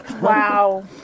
Wow